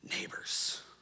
neighbors